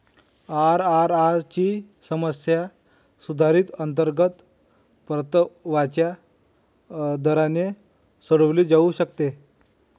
IRR ची समस्या सुधारित अंतर्गत परताव्याच्या दराने सोडवली जाऊ शकते